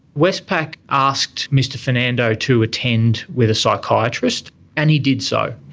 westpac asked mr fernando to attend with a psychiatrist and he did so.